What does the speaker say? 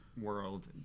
World